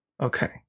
okay